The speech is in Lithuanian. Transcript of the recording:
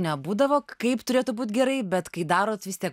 nebūdavo kaip turėtų būti gerai bet kai darot vis tiek